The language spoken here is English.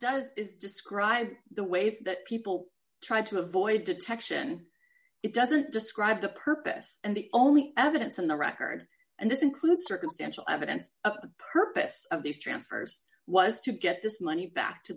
does it's described the ways that people try to avoid detection it doesn't describe the purpose and the only evidence on the record and this includes circumstantial evidence of the purpose of these transfers was to get this money back to